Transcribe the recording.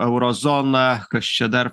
euro zoną kas čia dar